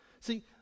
See